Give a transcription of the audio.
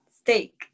Steak